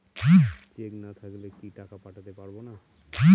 Check না থাকলে কি টাকা পাঠাতে পারবো না?